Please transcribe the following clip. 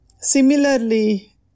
Similarly